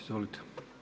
Izvolite.